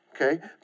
Okay